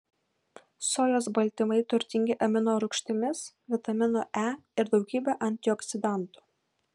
sojos baltymai turtingi aminorūgštimis vitaminu e ir daugybe antioksidantų